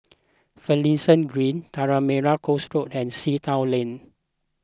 Finlayson Green Tanah Merah Coast Road and Sea Town Lane